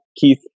Keith